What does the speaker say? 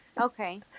Okay